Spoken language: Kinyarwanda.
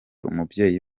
umubyeyi